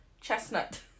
Chestnut